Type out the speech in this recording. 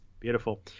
Beautiful